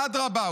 אדרבה",